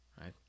right